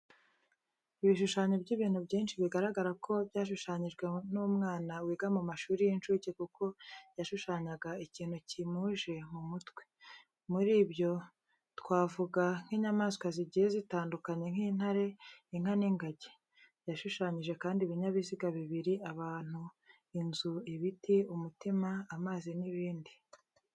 Ibishushanyo by'ibintu byinshi bigaragara ko byashushanyijwe n'umwana wiga mu mashuri y'incuke kuko yashushanyaga ikintu kimuje mu mutwe. Muri ibyo twavuga nk'inyamaswa zigiye zitandukanye nk'intare, inka n'ingagi. Yashushanyije kandi ibinyabiziga bibiri, abantu, inzu, Ibiti, umutima, amazi n'ibindi.